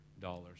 dollars